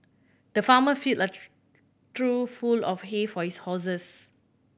the farmer filled a trough full of hay for his horses